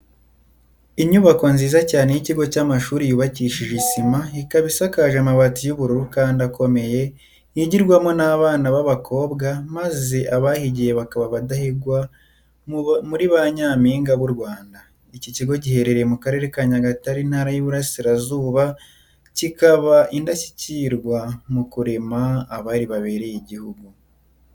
Inyubako nziza cyane y'ikigo cy'amashuri yubakishije isima, ikaba isakajwe amabati y'ubururu kandi akomeye, yigirwamo n'abana ba bakobwa maze abahigiye bakaba abadahigwa muri banyampinga b'u Rwanda. Iki kigo giherereye mu Karere ka Nyagatare, Intara y'Uburasirazuba, kikaba indashyikirwa mu kurema abari babereye Igihugu.